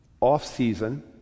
Off-season